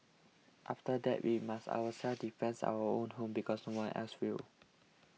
and that we must ourselves defence our own home because no one else will